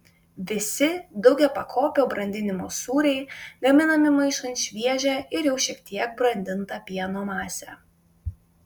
visi daugiapakopio brandinimo sūriai gaminami maišant šviežią ir jau šiek tiek brandintą pieno masę